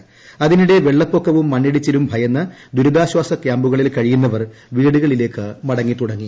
് അതിനിടെ വെള്ളപ്പൊക്കവും മണ്ണിടിച്ചിലും ഭയന്ന് ദുരിത്ര്ശ്വാസ് ക്യാമ്പുകളിൽ കഴിയുന്നവർ വീടുകളിലേക്ക് മടങ്ങിത്തുടങ്ങി